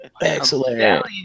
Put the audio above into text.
Excellent